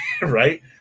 right